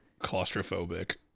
claustrophobic